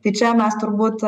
tai čia mes turbūt